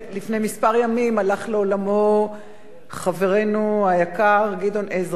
לפני מספר ימים הלך לעולמו חברנו היקר גדעון עזרא.